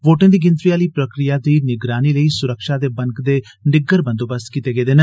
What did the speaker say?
वोर्टे दी गिनतरी आहली प्रक्रिया दी निगरानी लेई स्रक्षा दे बनकदे निग्गर बंदोबस्त कीते गेदे न